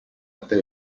até